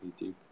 YouTube